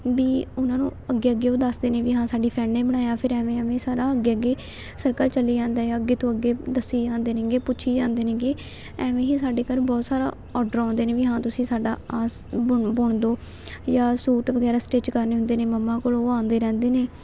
ਵੀ ਉਹਨਾਂ ਨੂੰ ਅੱਗੇ ਅੱਗੇ ਉਹ ਦੱਸਦੇ ਨੇ ਵੀ ਹਾਂ ਸਾਡੀ ਫਰੈਂਡ ਨੇ ਬਣਾਇਆ ਫਿਰ ਐਵੇਂ ਐਵੇਂ ਸਾਰਾ ਅੱਗੇ ਅੱਗੇ ਸਰਕਲ ਚੱਲੀ ਜਾਂਦਾ ਏ ਅੱਗੇ ਤੋਂ ਅੱਗੇ ਦੱਸੀ ਜਾਂਦੇ ਨੇਗੇ ਪੁੱਛੀ ਜਾਂਦੇ ਨੇਗੇ ਐਵੇਂ ਹੀ ਸਾਡੇ ਘਰ ਬਹੁਤ ਸਾਰਾ ਔਡਰ ਆਉਂਦੇ ਨੇ ਵੀ ਹਾਂ ਤੁਸੀਂ ਸਾਡਾ ਆ ਸ ਬੁਣ ਬੁਣ ਦੋ ਜਾਂ ਸੂਟ ਵਗੈਰਾ ਸਟਿੱਚ ਕਰਨੇ ਹੁੰਦੇ ਨੇ ਮੰਮਾ ਕੋਲ ਉਹ ਆਉਂਦੇ ਰਹਿੰਦੇ ਨੇ